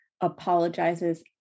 apologizes